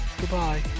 goodbye